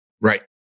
Right